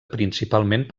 principalment